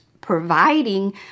providing